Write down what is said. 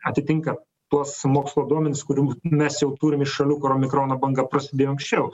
atitinka tuos mokslo duomenis kurių mes jau turim iš šalių kur omikrono banga prasidėjo anksčiau